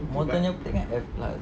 motor nya plate kan F plus